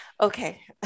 okay